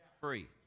free